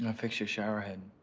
and fixed your shower head.